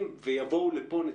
ולכן, הקריאה שלנו היא אחת.